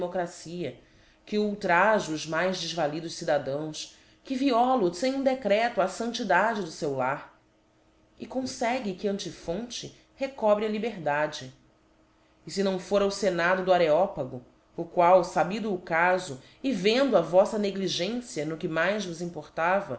uma democracia que ultrajo os mais defvalidos cidadãos que violo fem um decreto a fantidade do feu lar e confegue que antiphonte recobre a liberdade e fe não fora o fenado do areópago o qual fabido o cafo e vendo a voíta negligencia no que mais vos importava